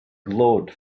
glowed